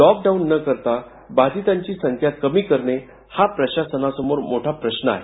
lockdown न करता बाधितांची संख्या कमी करणे हा प्रशासनासमोर मोठा प्रश्न आहे